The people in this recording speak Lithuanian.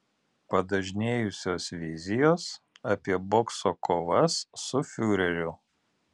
padažnėjusios vizijos apie bokso kovas su fiureriu